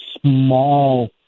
small